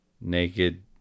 naked